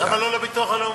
למה לא לביטוח לאומי?